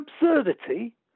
absurdity